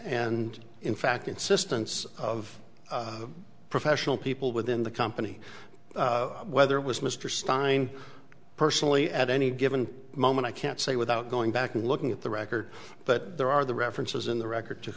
and in fact insistence of professional people within the company whether it was mr stein personally at any given moment i can't say without going back and looking at the record but there are the references in the record